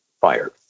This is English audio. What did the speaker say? fired